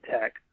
tech